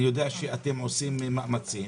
אני יודע שאתם עושים מאמצים,